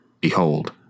Behold